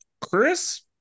Chris